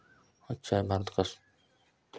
अच्छे